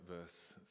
verse